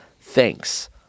Thanks